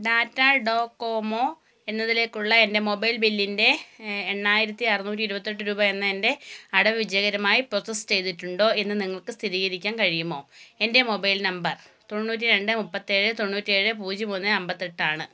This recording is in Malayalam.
ടാറ്റ ഡോകോമോ എന്നതിലേക്കുള്ള എൻ്റെ മൊബൈൽ ബില്ലിൻ്റെ എണ്ണായിരത്തി അറുന്നൂറ്റി ഇരുപത്തിയെട്ട് രൂപ എന്ന എൻ്റെ അടവ് വിജയകരമായി പ്രോസസ്സ് ചെയ്തിട്ടുണ്ടോ എന്ന് നിങ്ങൾക്ക് സ്ഥിരീകരിക്കാൻ കഴിയുമോ എൻ്റെ മൊബൈൽ നമ്പർ തൊണ്ണൂറ്റി രണ്ട് മുപ്പത്തി തൊണ്ണൂറ്റി ഏഴ് പൂജ്യം ഒന്ന് അൻപത്തി എട്ട് ആണ്